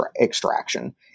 extraction